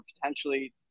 potentially